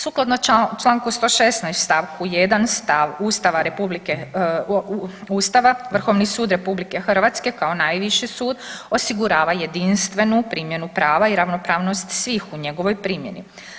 Sukladno članku 116. stavku 1. Ustava Vrhovni sud RH kao najviši sud osigurava jedinstvenu primjenu prava i ravnopravnost svih u njegovoj primjeni.